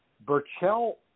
Burchell